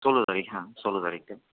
ষোলো তারিখ হ্যাঁ ষোলো তারিখে